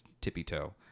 tippy-toe